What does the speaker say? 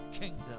kingdom